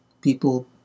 People